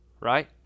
right